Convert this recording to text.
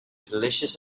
delicious